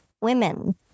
women